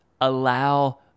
allow